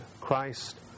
Christ